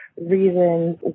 reasons